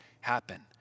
happen